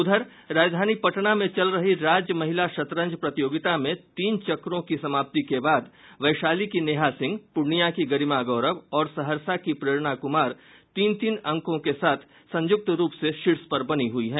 उधर राजधानी पटना में चल रही राज्य महिला शतरंज प्रतियोगिता में तीन चक्रों की समाप्ति के बाद वैशाली की नेहा सिंह पूर्णियां की गरिमा गौरव और सहरसा की प्रेरणा कुमारी तीन तीन अंकों के साथ संयुक्त रूप से शीर्ष पर बनी हुई है